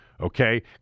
okay